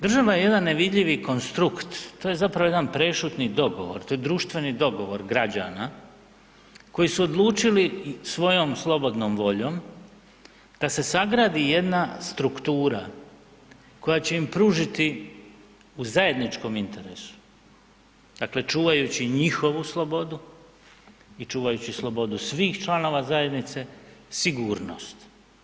Država je jedan nevidljivi konstrukt, to je zapravo jedan prešutni dogovor, to je društveni dogovor građana koji su odlučili svojom slobodnom voljom da se sagradi jedna struktura koja će im pružiti u zajedničkom interesu, dakle čuvajući njihovu slobodu i čuvajući slobodu svih članova zajednice, sigurnost.